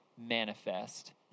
manifest